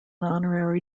honorary